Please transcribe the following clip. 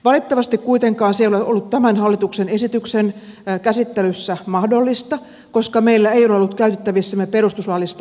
valitettavasti kuitenkaan se ei ole ollut tämän hallituksen esityksen käsittelyssä mahdollista koska meillä ei ole ollut käytettävissämme perustuslaillista arviointia